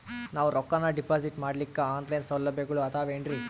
ನಾವು ರೊಕ್ಕನಾ ಡಿಪಾಜಿಟ್ ಮಾಡ್ಲಿಕ್ಕ ಆನ್ ಲೈನ್ ಸೌಲಭ್ಯಗಳು ಆದಾವೇನ್ರಿ?